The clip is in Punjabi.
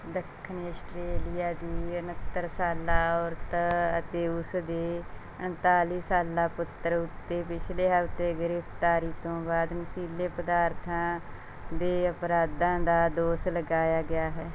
ਦੱਖਣੀ ਅਸਟ੍ਰੇਲੀਆ ਦੀ ਉਣੱਤਰ ਸਾਲਾ ਔਰਤ ਅਤੇ ਉਸ ਦੇ ਉਣਤਾਲੀ ਸਾਲਾਂ ਪੁੱਤਰ ਉੱਤੇ ਪਿਛਲੇ ਹਫ਼ਤੇ ਗ੍ਰਿਫ਼ਤਾਰੀ ਤੋਂ ਬਾਅਦ ਨਸ਼ੀਲੇ ਪਦਾਰਥਾਂ ਦੇ ਅਪਰਾਧਾਂ ਦਾ ਦੋਸ਼ ਲਗਾਇਆ ਗਿਆ ਹੈ